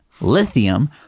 lithium